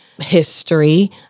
history